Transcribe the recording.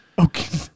Okay